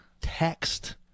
text